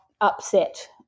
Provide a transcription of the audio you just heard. upset